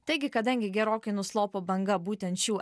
taigi kadangi gerokai nuslopo banga būtent šių